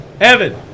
Evan